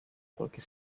qualche